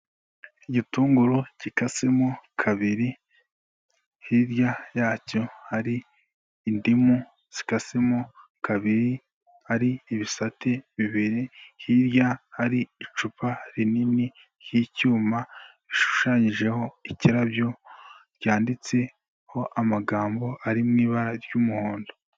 Igitunguru gikase mo kabiri, hirya yacyo hari indimu zikasemo kabiri ari ibisate bibiri, hirya hari icupa rinini ry'icyuma, rishushanyijeho ikirabyo cyanditseho amagambo ari mu ibara ry'umuhondo.